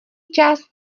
čas